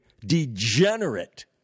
degenerate